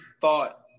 thought